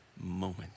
moment